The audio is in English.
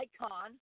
icon